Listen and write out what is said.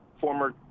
former